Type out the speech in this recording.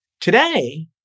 today